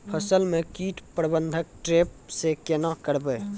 फसल म कीट प्रबंधन ट्रेप से केना करबै?